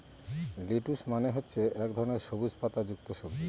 lettuce মানে হচ্ছে এক ধরনের সবুজ পাতা যুক্ত সবজি